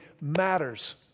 matters